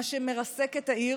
מה שמרסק את העיר.